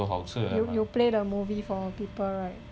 you you play the movie for people right